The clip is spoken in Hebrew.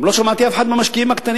גם לא שמעתי אף אחד מהמשקיעים הקטנים,